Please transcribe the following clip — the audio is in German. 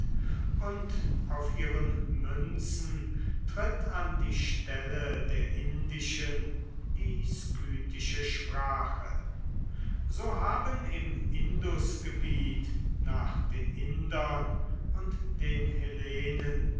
und auf ihren münzen tritt an die stelle der indischen die skythische sprache so haben im indusgebiet nach den indern und den hellenen